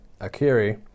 Akiri